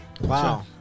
Wow